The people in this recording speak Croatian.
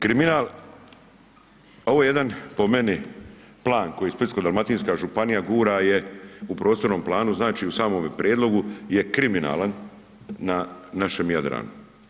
Kriminal ovo je jedan po meni plan koji Splitsko-dalmatinska županija gura je u prostornom planu znači u samome prijedlogu je kriminalan na našem Jadranu.